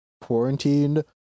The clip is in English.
quarantined